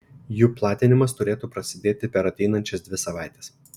jų platinimas turėtų prasidėti per ateinančias dvi savaites